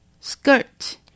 skirt